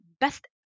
best